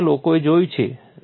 આ રીતે લોકોએ જોયું છે